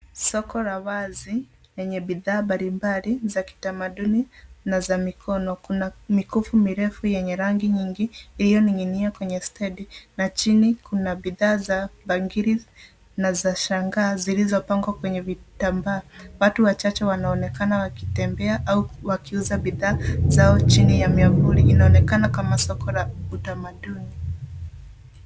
Soko la wazi lenye bidhaa mbali mbali za kitamaduni na za mikono. Kuna mikufi mirefu yenye rangi nyingi, iliyoning'inia kwenye stendi, na chini kuna bidhaa za bangili na za shanga zilizopangwa kwenye vitambaa. Watu wachache wanaonekana wakitembea au wakiuza bidhaa zao chini ya myavuli. Inaoneka kana soko la utamaduni.